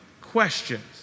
questions